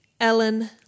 Ellen